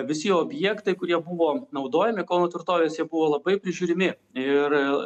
visi objektai kurie buvo naudojami kauno tvirtovės jie buvo labai prižiūrimi ir